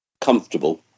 Comfortable